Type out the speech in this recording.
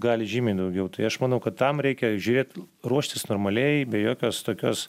gali žymiai daugiau tai aš manau kad tam reikia žiūrėt ruoštis normaliai be jokios tokios